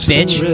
Bitch